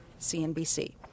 CNBC